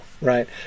right